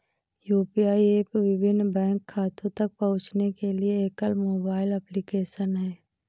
UPI app विभिन्न bank खातों तक पहुँचने के लिए एकल मोबाइल एप्लिकेशन है